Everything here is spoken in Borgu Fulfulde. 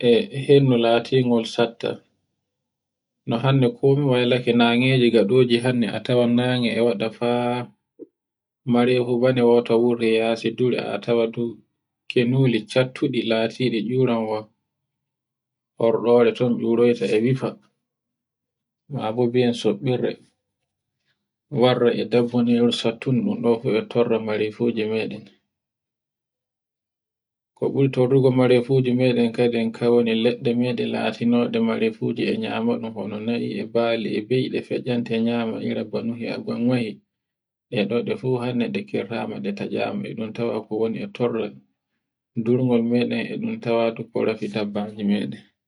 e hendu latingol satta, no hannde ko mo waylaake nangeje ngaɗoje hande a tawai nage e waɗa faa mare fu bane woto wurde yaasi dure a tawai kenule cattuɗi laatiɗi jura ma, har warta e yifa lbo mbiyan sobbirde, warre e debbo niyal sabbul do fu e torro mere fuji meɗen. ko buri torro mere fuji meɗen kadin kauni ledde meɗen latino mere fuji meɗen e nyamunda bano na'i e mbali e be'e no feento durngol meɗen e tawa dabbaji meɗen.